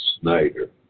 Snyder